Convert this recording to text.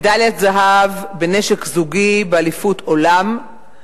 מדליית זהב בנשק זוגי באליפות עולם,